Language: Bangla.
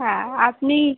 হ্যাঁ আপনি